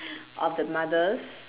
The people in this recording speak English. of the mothers